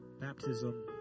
baptism